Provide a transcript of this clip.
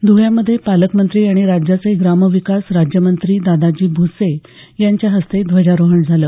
धूळ्यामध्ये पालकमंत्री आणि राज्याचे ग्रामविकास राज्यमंत्री दादाजी भूसे यांच्या हस्ते ध्वजारोहण झालं